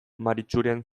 maritxuren